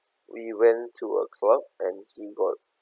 we went to a club and he got